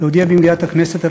על דעת הממשלה,